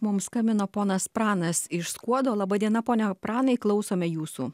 mums skambino ponas pranas iš skuodo laba diena pone pranai klausome jūsų